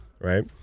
right